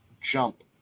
jump